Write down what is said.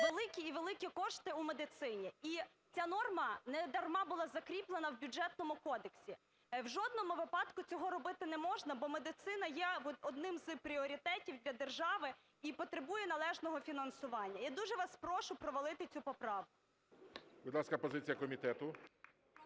великі і великі кошти в медицині, і ця норма не дарма була закріплена в Бюджетному кодексі. В жодному випадку цього робити не можна, бо медицина є одним із пріоритетів для держави і потребує належного фінансування. Я дуже вас прошу провалити цю поправку. ГОЛОВУЮЧИЙ. Будь ласка, позиція комітету.